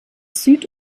süd